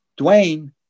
Dwayne